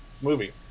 movie